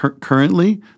currently